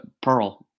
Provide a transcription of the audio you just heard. Pearl